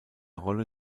rolle